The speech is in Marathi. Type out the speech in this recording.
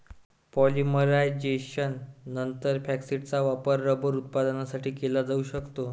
पॉलिमरायझेशननंतर, फॅक्टिसचा वापर रबर उत्पादनासाठी केला जाऊ शकतो